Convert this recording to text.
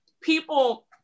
people